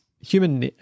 human